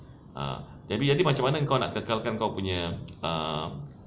ah jadi macam mana kau nak kekalkan kau punya ah